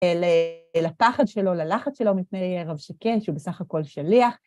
‫אל הפחד שלו, ללחץ שלו, ‫מפני רב שקד, שהוא בסך הכול שליח.